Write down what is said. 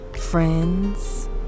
friends